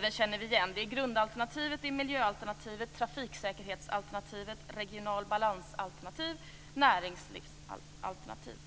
Vi känner igen de olika alternativen: grundalternativet, miljöalternativet, trafiksäkerhetsalternativet, regional balansalternativet och näringslivsalternativet.